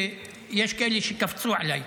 ויש כאלה שקפצו עליי,